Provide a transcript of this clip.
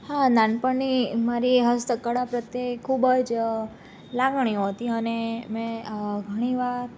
હા નાનપણની મારી હસ્ત કળા પ્રત્યે ખૂબ જ લાગણીઓ હતી અને મેં ઘણી વાર